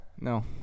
no